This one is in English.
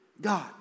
God